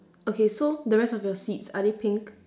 okay so the rest of your seats are they pink